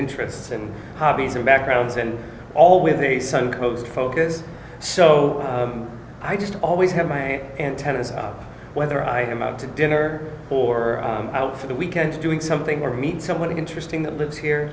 interests and hobbies and backgrounds and all with a so close focus so i just always have my antennas up whether i am out to dinner or out for the weekend doing something or meet someone interesting that lives here